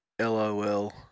LOL